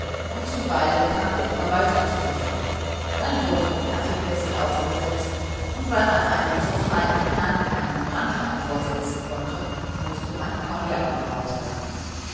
und zuweilen kam der verwalter zu besuch dann wurde der kaffeekessel aufgesetzt und weil man einem so feinen herrn keinen branntwein vorsetzen konnte mußte man kognak